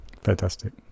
Fantastic